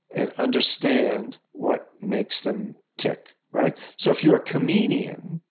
and understand what makes them tick, right? so if you're a comedian,